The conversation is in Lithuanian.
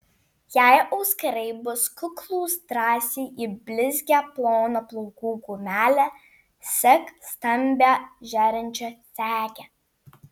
jei auskarai bus kuklūs drąsiai į blizgią ploną plaukų gumelę sek stambią žėrinčią segę